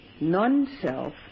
non-self